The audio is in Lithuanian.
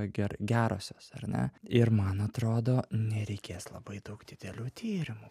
ger gerosios ar ne ir man atrodo nereikės labai daug didelių tyrimų